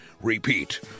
Repeat